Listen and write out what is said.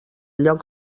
lloc